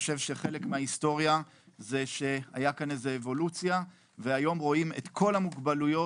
חלק מההיסטוריה שהיתה פה אבולוציה והיום רואים את כל המוגבלויות.